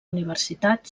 universitat